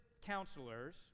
counselors